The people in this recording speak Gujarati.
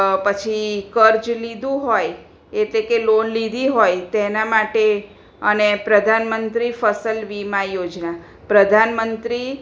પછી કર્જ લીધું હોય એટલે કે લોન લીધી હોય તેના માટે અને પ્રધાન મંત્રી ફસલ વીમા યોજના પ્રધાન મંત્રી